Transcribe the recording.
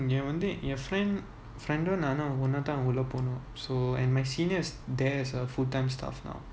mm என்வந்துஎன்:en vanthu en your friend நானும்அவனும்தான்உள்ளபோனோம்:naanum avanum thaan ulla ponom so and my seniors there's a full time staff now